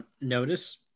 notice